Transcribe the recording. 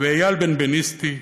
ואייל בנבנישתי,